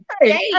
hey